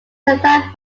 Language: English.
survived